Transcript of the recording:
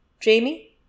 Jamie